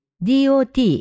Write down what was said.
DOT